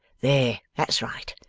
there that's right.